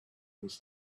was